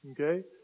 Okay